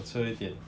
mature 一点